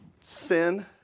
sin